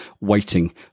waiting